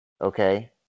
Okay